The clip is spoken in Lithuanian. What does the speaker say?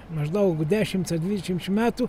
maždaug dešimts dvidešimčiu metų